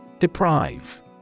Deprive